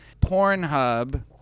Pornhub